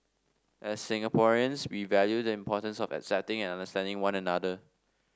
as Singaporeans we value the importance of accepting and understanding one another